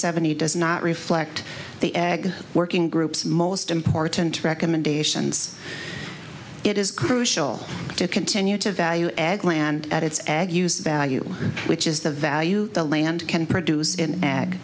seventy does not reflect the egg working groups most important recommendations it is crucial to continue to value egg land at its egg use value which is the value the land can produce